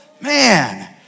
Man